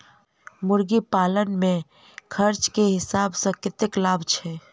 मुर्गी पालन मे खर्च केँ हिसाब सऽ कतेक लाभ छैय?